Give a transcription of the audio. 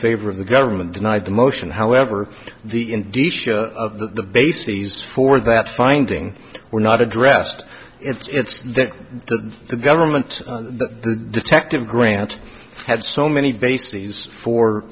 favor of the government denied the motion however the indeed the bases for that finding were not addressed it's that the government the detective grant had so many bases for